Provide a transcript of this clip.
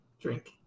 drink